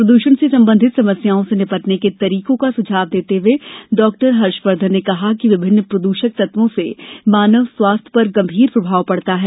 प्रदृषण से संबंधित समस्याओं से निपटने के तरीकों का सुझाव देते हुए डॉक्टर हर्षवर्धन ने कहा कि विभिन्न प्रदषक तत्वों से मानव स्वास्थ्य पर गंभीर प्रभाव पड़ता है